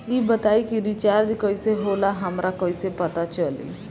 ई बताई कि रिचार्ज कइसे होला हमरा कइसे पता चली?